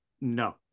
No